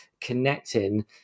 connecting